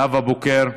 נאוה בוקר,